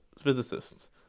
Physicists